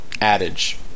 adage